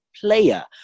player